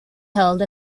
held